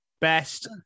Best